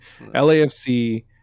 lafc